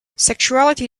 sexuality